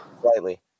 Slightly